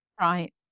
Right